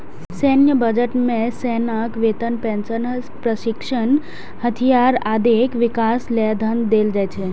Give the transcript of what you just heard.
सैन्य बजट मे सेनाक वेतन, पेंशन, प्रशिक्षण, हथियार, आदिक विकास लेल धन देल जाइ छै